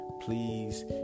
please